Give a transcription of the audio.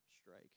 strike